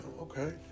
okay